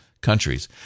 countries